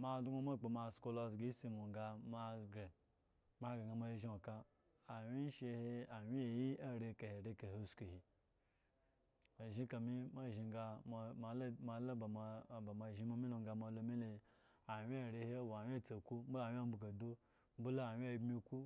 mo adon ma sko lo azga esi mo samo he mo gre sa mo shincka ashe he anwye he ari eka he ekahe osko he mo shin ekahe mo la shin mo me le sa anwye ari ari he awye tsaku bole umbiyadu bole arwye abimiku